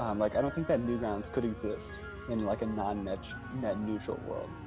um like i don't think that newgrounds could exist in, like, a non-net neutral world,